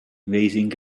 raising